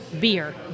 Beer